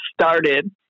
started